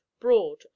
broad